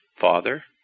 Father